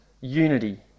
unity